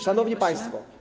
Szanowni Państwo!